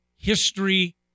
history